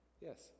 Yes